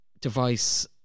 device